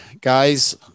guys